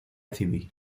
civil